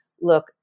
Look